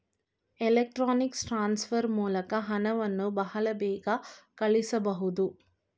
electronics transfer ಮೂಲಕ ಹಣವನ್ನು ಬಹಳ ಬೇಗ ಕಳಿಸಬಹುದು